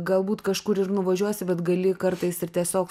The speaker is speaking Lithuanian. galbūt kažkur ir nuvažiuosi bet gali kartais ir tiesiog